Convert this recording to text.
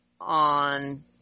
on